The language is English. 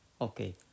Okay